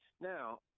Now